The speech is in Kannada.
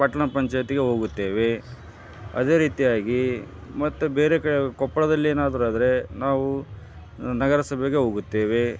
ಪಟ್ಟಣ ಪಂಚಾಯಿತಿಗೆ ಹೋಗುತ್ತೇವೆ ಅದೇ ರೀತಿಯಾಗಿ ಮತ್ತು ಬೇರೆ ಕಡೆ ಕೊಪ್ಪಳದಲ್ಲಿ ಏನಾದರೂ ಆದರೆ ನಾವು ನಗರಸಭೆಗೆ ಹೋಗುತ್ತೇವೆ